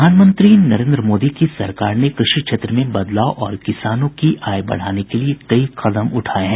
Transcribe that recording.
प्रधानमंत्री नरेंद्र मोदी सरकार ने कृषि क्षेत्र में बदलाव और किसानों की आय बढ़ाने के लिए कई कदम उठाए हैं